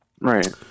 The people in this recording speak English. Right